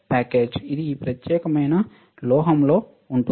ఇది ఈ ప్రత్యేకమైన లోహంలో ఉంటుంది